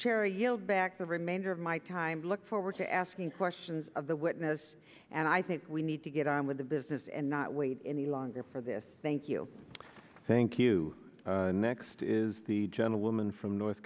terry yield back the remainder of my time look forward to asking questions of the witness and i think we need to get on with the business and not wait any longer for this thank you thank you next is the gentlewoman from north